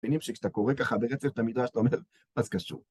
מבינים שכשאתה קורא ככה ברצף את המדרש, אתה אומר, מה זה קשור.